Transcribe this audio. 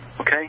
Okay